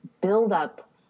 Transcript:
buildup